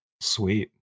Sweet